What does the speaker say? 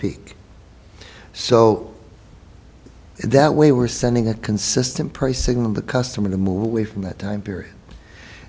peak so that way we're sending a consistent pricing of the customer to move away from that time period